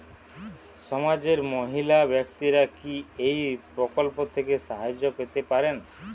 সমাজের মহিলা ব্যাক্তিরা কি এই প্রকল্প থেকে সাহায্য পেতে পারেন?